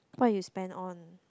what you spend on